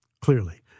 clearly